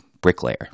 bricklayer